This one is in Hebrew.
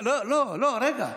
לא, רגע,